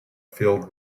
filled